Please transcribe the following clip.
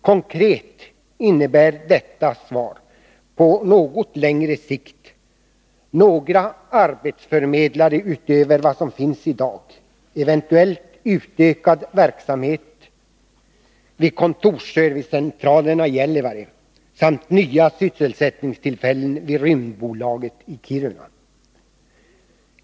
Konkret innebär detta svar på något längre sikt: några arbetsförmedlare utöver vad som finns i dag, eventuellt utökad verksamhet vid kontorsservicecentralerna i Gällivare samt nya sysselsättningstillfällen vid Rymdbolaget i Kiruna.